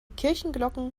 kirchenglocken